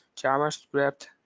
JavaScript